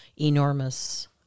enormous